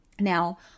Now